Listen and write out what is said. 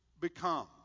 become